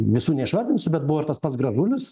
visų neišvardinsiu bet buvo ir tas pats gražulis